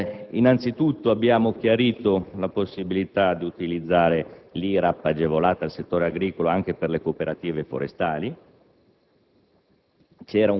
Innanzitutto, abbiamo chiarito la possibilità di utilizzare l'IRAP agevolata prevista per il settore agricolo anche per le cooperative forestali.